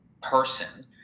person